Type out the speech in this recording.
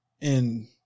and-